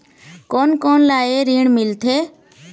कोन कोन ला ये ऋण मिलथे?